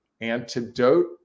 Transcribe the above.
antidote